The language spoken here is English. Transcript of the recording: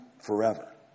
forever